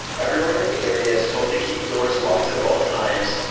everyone in the area is told to keep doors locked at all times.